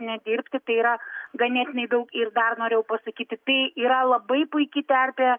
nedirbti tai yra ganėtinai daug ir dar norėjau pasakyti tai yra labai puiki terpė